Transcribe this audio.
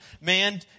Man